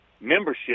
membership